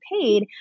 paid